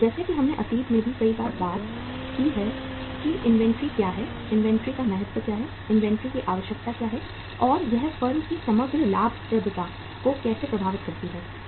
जैसा कि हमने अतीत में भी कई बार बात की है कि इन्वेंट्री क्या है इन्वेंट्री का महत्व क्या है इन्वेंट्री की आवश्यकता क्या है और यह फर्म की समग्र लाभप्रदता को कैसे प्रभावित करती है